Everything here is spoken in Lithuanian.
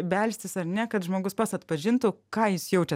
belstis ar ne kad žmogus pats atpažintų ką jis jaučia